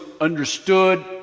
understood